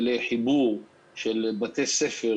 לחיבור בתי ספר